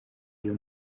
iyo